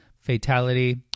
fatality